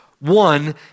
one